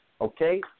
okay